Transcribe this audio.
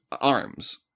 arms